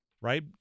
right